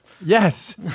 Yes